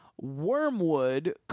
Wormwood